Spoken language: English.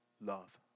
love